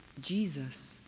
Jesus